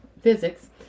physics